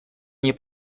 nie